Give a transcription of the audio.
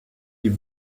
die